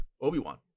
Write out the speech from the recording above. Obi-Wan